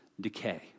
decay